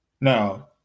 Now